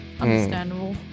Understandable